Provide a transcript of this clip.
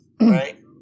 right